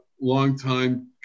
longtime